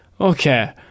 Okay